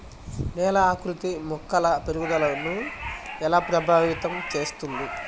నేల ఆకృతి మొక్కల పెరుగుదలను ఎలా ప్రభావితం చేస్తుంది?